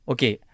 Okay